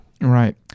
Right